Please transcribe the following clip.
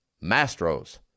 Mastro's